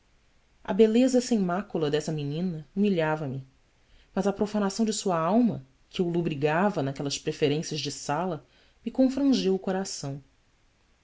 a beleza sem mácula dessa menina humilhava me mas a profanação de sua alma que eu lobrigava naquelas preferências de sala me confrangeu o coração